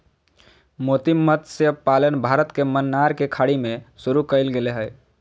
मोती मतस्य पालन भारत में मन्नार के खाड़ी में शुरु कइल गेले हल